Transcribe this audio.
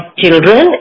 children